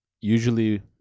Usually